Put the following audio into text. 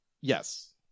Yes